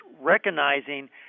recognizing